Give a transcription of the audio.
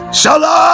shala